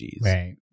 right